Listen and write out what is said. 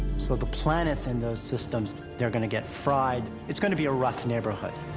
so, the planets in those systems, they're gonna get fried. it's going to be a rough neighborhood.